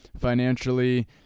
financially